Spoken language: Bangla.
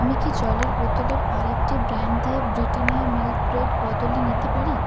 আমি কি জলের বোতলের আরেকটি ব্র্যান্ড দিয়ে ব্রিটানিয়া মিল্ক ব্রেড বদলে নিতে পারি